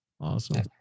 Awesome